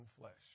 flesh